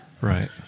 Right